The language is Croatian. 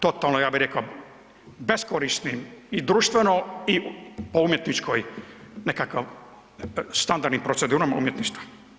Totalno, ja bi reko beskorisnim i društveno i po umjetničkoj nekakav, standardnim procedurama umjetništva.